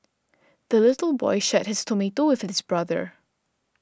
the little boy shared his tomato with his brother